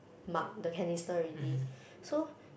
mug the cannister already so